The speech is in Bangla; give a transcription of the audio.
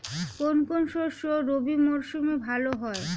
কোন কোন শস্য রবি মরশুমে ভালো হয়?